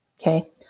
Okay